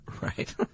Right